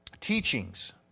teachings